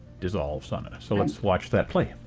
dissolves on it. so let's watch that play.